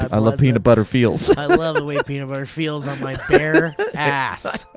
i love peanut butter feels. i love the way peanut butter feels on my bare ass.